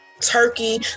Turkey